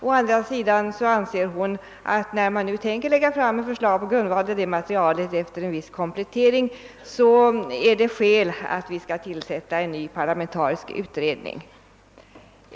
Å andra sidan anser hon att det, när man nu tänker lägga fram förslag på grundval av detta material efter viss komplettering, är skäl att tillsätta en ny parlamentarisk utredning.